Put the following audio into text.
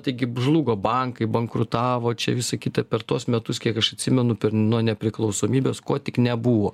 taigi žlugo bankai bankrutavo čia visą kitą per tuos metus kiek aš atsimenu nuo nepriklausomybės kuo tik nebuvo